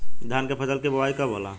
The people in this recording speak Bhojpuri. धान के फ़सल के बोआई कब होला?